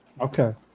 Okay